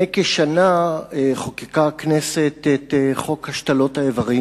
שיזם חבר הכנסת דב חנין,